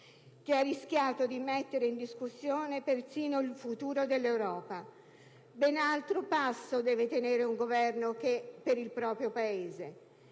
che ha rischiato di mettere in discussione persino il futuro dell'Europa. Ben altro passo deve tenere un Governo per il proprio Paese.